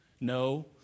No